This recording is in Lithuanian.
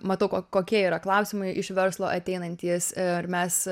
matau ko kokie yra klausimai iš verslo ateinantys ir mes